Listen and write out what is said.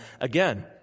again